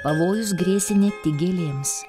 pavojus grėsė ne tik gėlėms